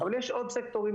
אבל יש עוד סקטורים,